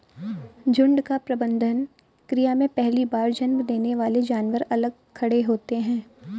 झुंड का प्रबंधन क्रिया में पहली बार जन्म देने वाले जानवर अलग खड़े होते हैं